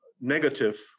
negative